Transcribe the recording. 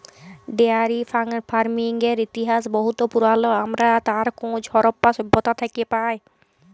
dairy ফারমিংয়ের ইতিহাস বহুত পুরাল আমরা তার খোঁজ হরপ্পা সভ্যতা থ্যাকে পায়